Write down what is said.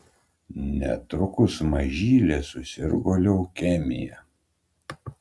netrukus mažylė susirgo leukemija